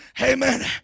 amen